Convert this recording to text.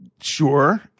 sure